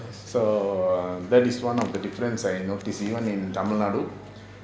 so um that is one of the difference I notice even in tamil nadu